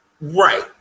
Right